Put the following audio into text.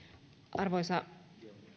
arvoisa